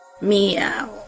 Meow